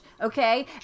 Okay